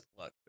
look